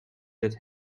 that